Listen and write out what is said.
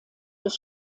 des